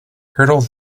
hurdle